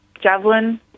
Javelin